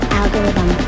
algorithm